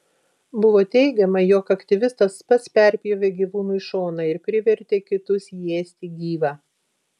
buvo teigiama jog aktyvistas pats perpjovė gyvūnui šoną ir privertė kitus jį ėsti gyvą